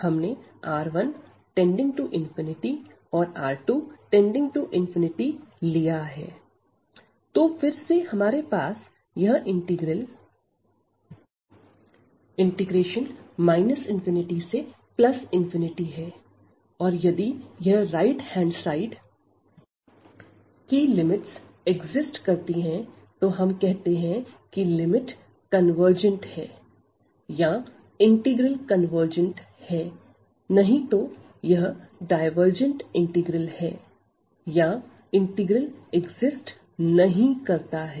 हमने R1→∞ और R2→∞ लिया है तो फिर से हमारे पास यह इंटीग्रल ∞ है और यदि यह राइट हैंड साइड की लिमिट्स एक्जिस्ट करती है तो हम कहते हैं कि लिमिट कन्वर्जेंट है या इंटीग्रल कन्वर्जेंट है नहीं तो यह डायवर्जेंट इंटीग्रल है या इंटीग्रल एक्जिस्ट नहीं करता है